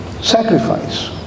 sacrifice